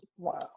Wow